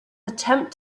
attempt